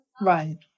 Right